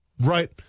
right